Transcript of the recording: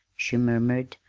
she murmured.